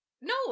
No